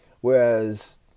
Whereas